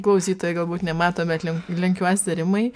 klausytojai galbūt nemato bet len lenkiuosi rimai